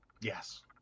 yes